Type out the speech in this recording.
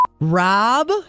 Rob